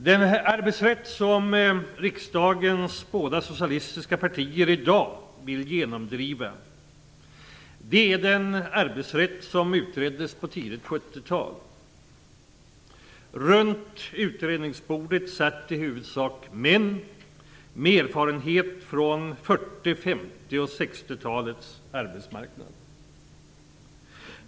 Den arbetsrätt som riksdagens båda socialistiska partier i dag vill genomdriva är den arbetsrätt som utreddes under det tidiga 70-talet. Runt utredningsbordet satt i huvudsak män med erfarenhet från 40-, 50 och 60-talets arbetsmarknad.